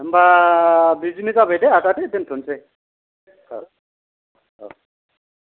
होम्बा बिदिनो जाबाय दे आदा दे दोन्थ'नोसै ओ ओ